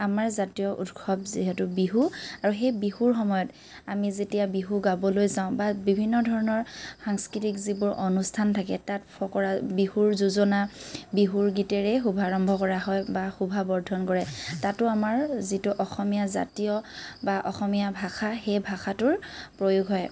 আমাৰ জাতীয় উৎসৱ যিহেতু বিহু আৰু সেই বিহুৰ সময়ত আমি যেতিয়া বিহু গাবলৈ যাওঁ বা বিভিন্ন ধৰণৰ সাংস্কৃতিক যিবোৰ অনুষ্ঠান থাকে তাত ফকৰা বিহুৰ যোজনা বিহুৰ গীতেৰেই শুভাৰম্ভ কৰা হয় বা শোভাবৰ্দ্ধন কৰে তাতো আমাৰ যিটো অসমীয়া জাতীয় বা অসমীয়া ভাষা সেই ভাষাটোৰ প্ৰয়োগ হয়